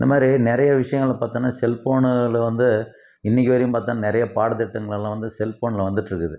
இந்த மாதிரி நிறைய விஷயங்களப் பார்த்தனா செல்ஃபோனில் வந்து இன்றைக்கு வரையும் பார்த்தா நிறையா பாடத்திட்டங்கள்லாம் வந்து செல்ஃபோனில் வந்துட்டுருக்குது